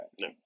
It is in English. No